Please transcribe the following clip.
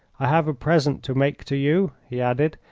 i have a present to make to you, he added,